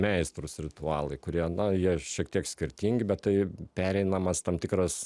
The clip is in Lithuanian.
meistrus ritualai kurie na jie šiek tiek skirtingi bet tai pereinamas tam tikras